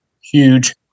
Huge